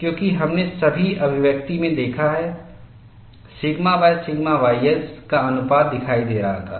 क्योंकि हमने सभी अभिव्यक्ति में देखा है सिग्मासिग्मा ys का अनुपात दिखाई दे रहा था